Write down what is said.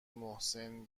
محسن